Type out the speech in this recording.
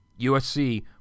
USC